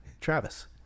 Travis